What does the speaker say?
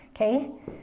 okay